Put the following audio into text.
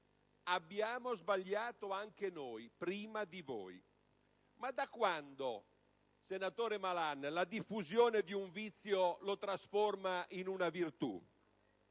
abbiamo sbagliato anche noi, prima di voi. Ma da quando, senatore Malan, la diffusione di un vizio lo trasforma in una virtù?